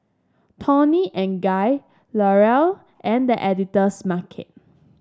Toni and Guy L'Oreal and The Editor's Market